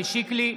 שיקלי,